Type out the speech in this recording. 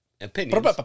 opinions